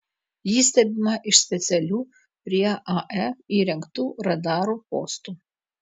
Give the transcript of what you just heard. ji stebima iš specialių prie ae įrengtų radarų postų